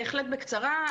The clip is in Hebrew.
בהחלט בקצרה.